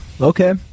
Okay